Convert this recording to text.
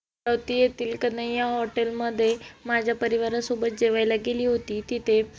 अमरावती येथील कन्हैया हॉटेलमध्ये माझ्या परिवारासोबत जेवायला गेली होती तिथे